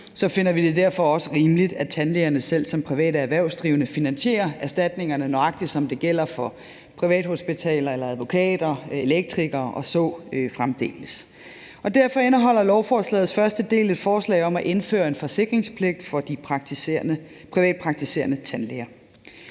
finder vi det derfor også rimeligt, at tandlægerne selv som private erhvervsdrivende finansierer erstatningerne, nøjagtig som det gælder for privathospitaler, advokater, elektrikere og så fremdeles. Derfor indeholder lovforslagets første del et forslag om at indføre en forsikringspligt for de privatpraktiserende tandlæger.